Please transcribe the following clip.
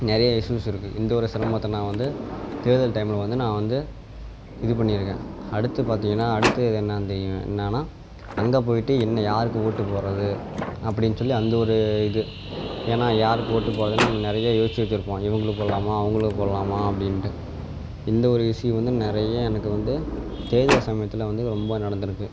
நிறைய இஷ்யூஸ் இருக்குது இந்த ஒரு சிரமத்தை நான் வந்து தேர்தல் டைமில் வந்து நான் வந்து இது பண்ணிருக்கேன் அடுத்து பார்த்தீங்கன்னா அடுத்தது என்னென்னு தெ என்னென்னா அங்கேப் போயிட்டு என்ன யாருக்கு ஓட்டுப் போடுறது அப்படின்னு சொல்லி அந்த ஒரு இது ஏன்னால் யாருக்கு ஓட்டுப் போடுறதுன்னு நம்ம நிறைய யோசித்து வெச்சுருப்போம் இவங்களுக்கு போடலாமா அவங்களுக்கு போடலாமா அப்படின்ட்டு இந்த ஒரு இஷ்யூ வந்து நிறைய எனக்கு வந்து தேர்தல் சமயத்தில் வந்து ரொம்ப நடந்துருக்குது